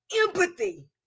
empathy